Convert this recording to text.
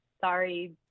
sorry